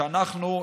שאנחנו,